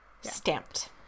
Stamped